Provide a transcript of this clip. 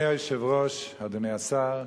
אדוני היושב-ראש, אדוני השר,